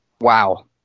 wow